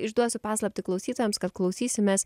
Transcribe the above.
išduosiu paslaptį klausytojams kad klausysimės